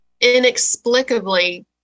inexplicably